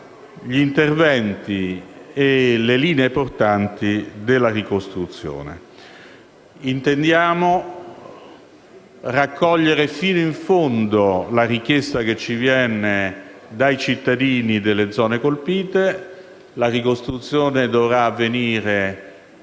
gli interventi e le linee portanti. Intendiamo raccogliere fino in fondo la richiesta che ci viene dai cittadini delle zone colpite: la ricostruzione dovrà avvenire